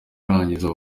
arangiza